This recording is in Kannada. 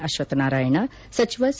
ಅಶ್ವತ್ಥನಾರಾಯಣ ಸಚಿವ ಸಿ